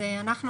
אנחנו,